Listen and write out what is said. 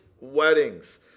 weddings